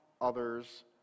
others